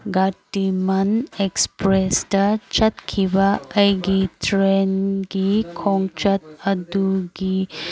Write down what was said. ꯒꯥꯇꯤꯃꯟ ꯑꯦꯛꯁꯄ꯭ꯔꯦꯁꯇ ꯆꯠꯈꯤꯕ ꯑꯩꯒꯤ ꯇ꯭ꯔꯦꯟꯒꯤ ꯈꯣꯡꯆꯠ ꯑꯗꯨꯒꯤ